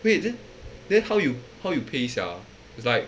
wait then then how you how you pay sia it's like